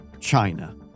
China